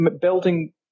building